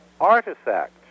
artifacts